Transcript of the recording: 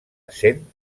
essent